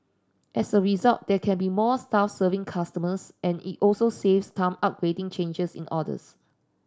as a result there can be more staff serving customers and it also saves time updating changes in orders